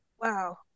Wow